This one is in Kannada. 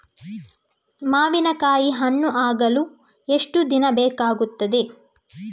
ಮಾವಿನಕಾಯಿ ಹಣ್ಣು ಆಗಲು ಎಷ್ಟು ದಿನ ಬೇಕಗ್ತಾದೆ?